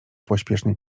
pośpiesznie